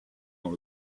dans